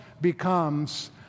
becomes